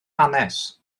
hanes